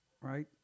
Right